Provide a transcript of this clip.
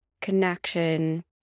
connection